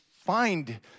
find